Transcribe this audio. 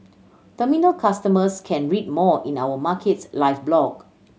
terminal customers can read more in our Markets Live blog